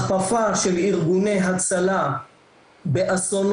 החפפה של ארגוני הצלה באסונות,